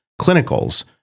clinicals